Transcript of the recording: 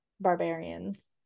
barbarians